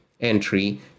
entry